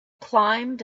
climbed